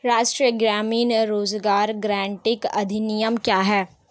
राष्ट्रीय ग्रामीण रोज़गार गारंटी अधिनियम क्या है?